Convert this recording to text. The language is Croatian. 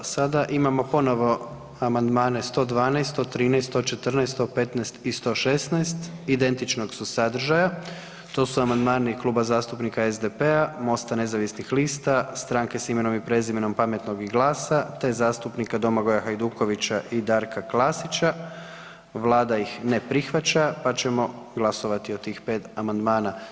Sada imamo ponovo Amandmane 112., 113., 114., 115. i 116. identičnog su sadržaja, to su amandmani Kluba zastupnika SDP-a, MOST-a nezavisnih lista, Stranke s imenom i prezimenom, Pametnog i GLAS-a te zastupnika Domagoja Hajdukovića i Darka Klasića, Vlada ih ne prihvaća, pa ćemo glasovati o tih 5 amandmana.